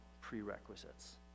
prerequisites